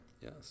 Yes